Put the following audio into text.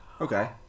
okay